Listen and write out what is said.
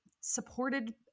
supported